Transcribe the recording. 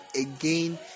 again